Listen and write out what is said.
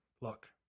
Look